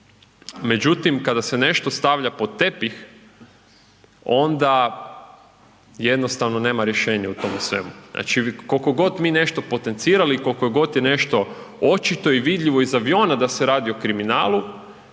međutim kada se nešto stavlja pod tepih, onda jednostavno nema rješenja u tome svemu, znači koliko god mi nešto potencirali i koliko je god nešto očito i vidljivo iz aviona da se radi o kriminalu,